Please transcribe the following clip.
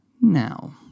Now